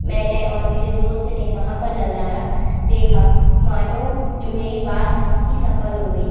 मैंने और मेरे दोस्त ने वहाँ का नज़ारा देखा मानो जो मेरी बात बहुत ही सफल हो गई